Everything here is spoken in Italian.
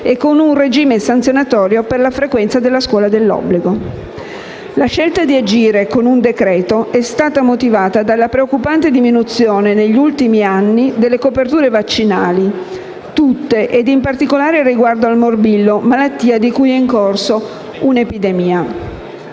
e con un regime sanzionatorio per la frequenza della scuola dell'obbligo. La scelta di agire con un decreto-legge è stata motivata dalla preoccupante diminuzione negli ultimi anni di tutte le coperture vaccinali ed in particolare riguardo al morbillo, malattia di cui è in corso una epidemia.